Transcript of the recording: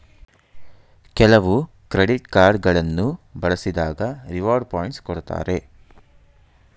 ಕೆಲವು credit card ಗಳನ್ನು ಬಳಸಿದಾಗ ರಿವಾರ್ಡ್ ಪಾಯಿಂಟ್ಸ್ ಕೊಡ್ತಾರೆ